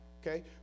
okay